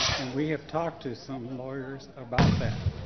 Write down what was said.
and we have talked to some lawyers about that